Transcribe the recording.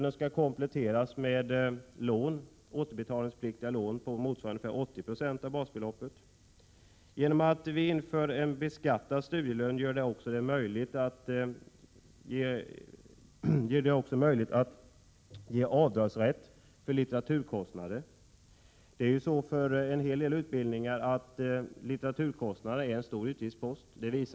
Den skall kompletteras med återbetalningspliktiga lån, motsvarande 80 96 av basbeloppet. — Genom att studielönen blir beskattad blir det möjligt att ge avdragsrätt för litteraturkostnaderna. För en hel del utbildningar är nämligen litteraturkostnader en stor utgiftspost.